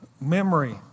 memory